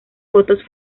fotos